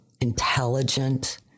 intelligent